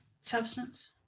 substance